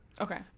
Okay